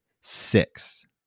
six